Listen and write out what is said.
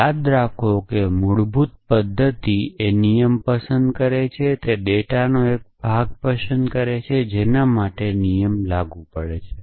યાદ રાખો કે મૂળભૂત પદ્ધતિ એ નિયમ પસંદ કરે છે તે ડેટાનો એક ભાગ પસંદ કરે છે જેના માટે નિયમ લાગુ પડે છે